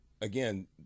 again